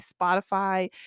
Spotify